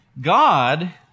God